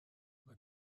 mae